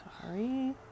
Sorry